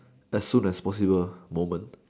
as soon as possible moment